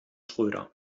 schröder